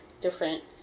different